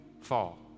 fall